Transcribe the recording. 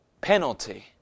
penalty